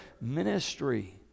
ministry